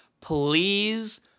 please